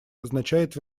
означает